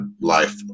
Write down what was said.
life